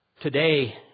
Today